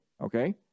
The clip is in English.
okay